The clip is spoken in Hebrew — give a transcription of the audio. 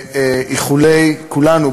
כולנו,